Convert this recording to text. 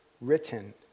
written